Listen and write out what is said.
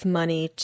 money